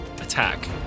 attack